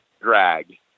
drag